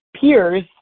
peers